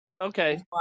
okay